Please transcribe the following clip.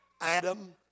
Adam